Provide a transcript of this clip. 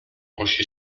musi